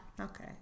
Okay